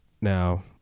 Now